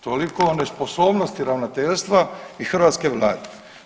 Toliko o nesposobnosti Ravnateljstva i hrvatske Vlade.